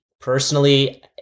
personally